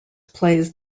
plays